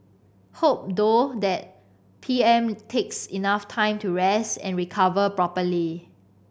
hope though that P M takes enough time to rest and recover properly